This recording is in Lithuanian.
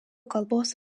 kalbos